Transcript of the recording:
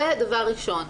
זה דבר ראשון.